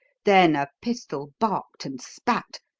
then a pistol barked and spat,